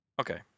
Okay